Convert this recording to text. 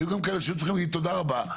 היו כאלה שצריכים להגיד תודה רבה,